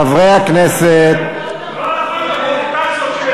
חברי הכנסת, כל הפרובוקציות שיש.